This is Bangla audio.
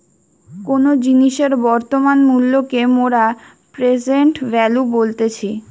কোনো জিনিসের বর্তমান মূল্যকে মোরা প্রেসেন্ট ভ্যালু বলতেছি